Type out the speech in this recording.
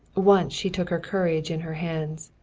once she took her courage in her hands.